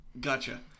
Gotcha